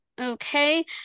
Okay